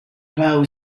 power